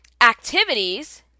activities